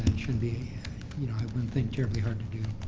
shouldn't be, you know i wouldn't think terribly hard to do.